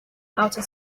outer